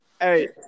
Hey